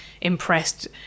impressed